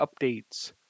updates